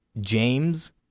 James